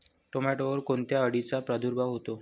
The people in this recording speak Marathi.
टोमॅटोवर कोणत्या अळीचा प्रादुर्भाव होतो?